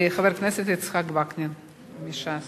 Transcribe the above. חבר הכנסת יצחק וקנין מש"ס.